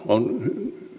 on